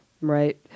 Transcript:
right